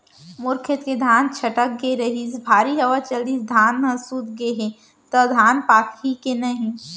मोर खेत के धान छटक गे रहीस, भारी हवा चलिस, धान सूत गे हे, त धान पाकही के नहीं?